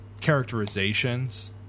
characterizations